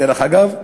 דרך אגב,